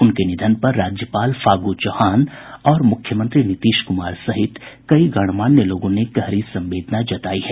उनके निधन पर राज्यपाल फागू चौहान और मुख्यमंत्री नीतीश कुमार सहित कई गणमान्य लोगों ने गहरी संवेदना जतायी है